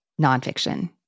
nonfiction